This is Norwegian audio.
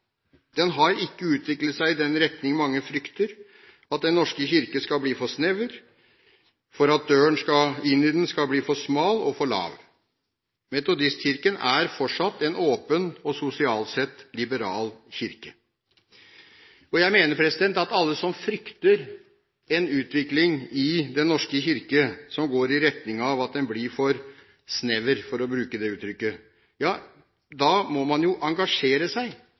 Den har ikke utviklet seg i den retning mange frykter – at Den norske kirke skal bli for snever, og at døren inn i den skal bli for smal og for lav. Metodistkirken er fortsatt en åpen og sosialt sett liberal kirke. Jeg mener at alle som frykter en utvikling som går i retning av at Den norske kirke blir for snever – for å bruke det uttrykket – må engasjere seg